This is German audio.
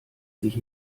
sich